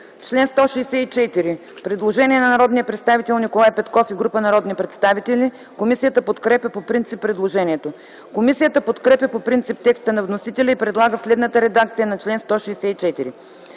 МИЛЕВА: Предложение от народния представител Николай Петков и група народни представители за чл. 200. Комисията подкрепя по принцип предложението. Комисията подкрепя по принцип текста на вносителя и предлага следната редакция на чл.